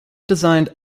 designed